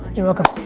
you're welcome.